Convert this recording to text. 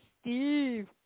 Steve